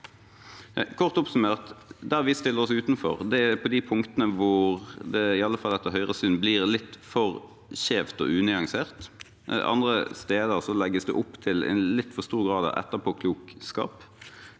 Kort oppsummert: Der vi stiller oss utenfor, er på de punktene hvor det, i alle fall etter Høyres syn, blir litt for skjevt og unyansert. Andre steder legges det opp til en litt for stor grad av etterpåklokskap.